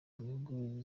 gihugu